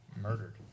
murdered